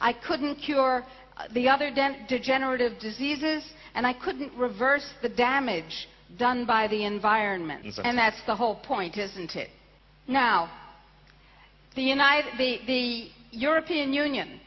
i couldn't cure the other dense degenerative diseases and i couldn't reverse the damage done by the environment and that's the whole point isn't it now the united the european union